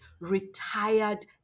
retired